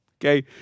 Okay